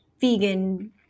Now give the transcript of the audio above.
vegan